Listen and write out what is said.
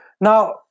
Now